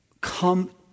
come